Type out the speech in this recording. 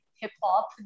hip-hop